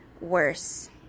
worse